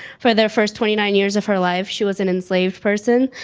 for the first twenty nine years of her life, she was an enslaved person,